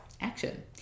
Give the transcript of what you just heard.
Action